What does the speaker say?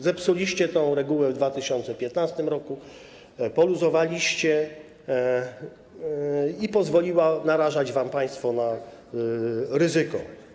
Zepsuliście tę regułę w 2015 r., poluzowaliście, co pozwoliło wam narażać państwo na ryzyko.